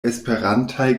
esperantaj